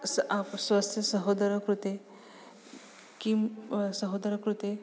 सः आप् स्वस्य सहोदरकृते किं सहोदरकृते